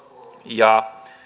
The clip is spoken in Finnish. ja